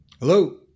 Hello